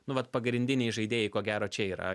nu vat pagrindiniai žaidėjai ko gero čia yra